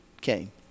came